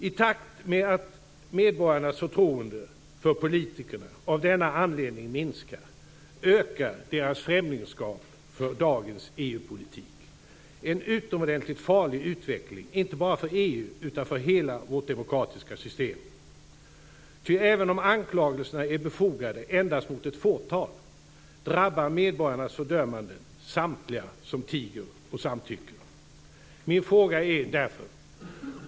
I takt med att medborgarnas förtroende för politikerna av denna anledning minskar ökar deras främlingskap gentemot dagens EU-politik - en utomordentligt farlig utveckling inte bara för EU utan för hela vårt demokratiska system. Ty även om anklagelserna är befogade endast mot ett fåtal drabbar medborgarnas fördömande samtliga som tiger och samtycker. Min fråga är därför denna.